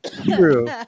True